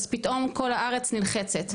אז פתאום כל הארץ נלחצת.